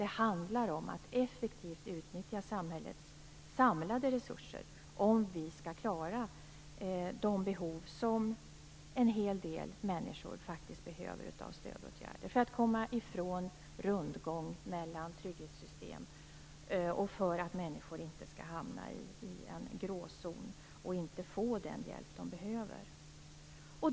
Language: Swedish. Det handlar om att effektivt utnyttja samhällets samlade resurser om vi skall klara de behov som en hel del människor faktiskt har av stödåtgärder för att komma ifrån rundgången mellan trygghetssystem och för att inte hamna i en gråzon och inte få den hjälp de behöver.